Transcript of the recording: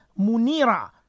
Munira